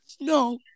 No